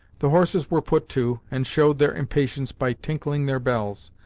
the horses were put to, and showed their impatience by tinkling their bells.